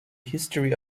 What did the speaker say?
history